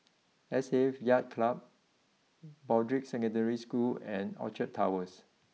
S A F Yacht Club Broadrick Secondary School and Orchard Towers